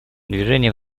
движение